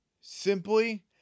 simply